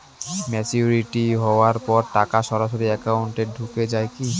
Maturity হওয়ার পর টাকা সরাসরি একাউন্ট এ ঢুকে য়ায় কি?